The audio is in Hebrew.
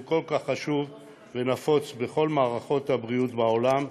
שהוא כל כך חשוב ונפוץ בכל מערכות הבריאות בעולם,